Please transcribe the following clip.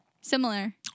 Similar